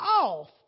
off